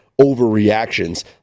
overreactions